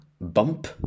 Bump